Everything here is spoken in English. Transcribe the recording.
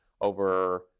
over